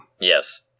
Yes